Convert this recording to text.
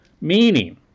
meaning